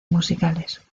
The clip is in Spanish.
musicales